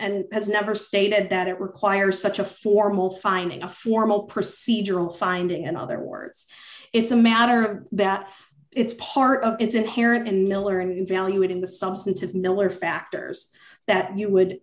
and has never stated that it requires such a formal finding a formal procedural finding and other words it's a matter that it's part of it's inherent in miller and evaluating the substantive nowhere factors that you